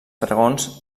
dragons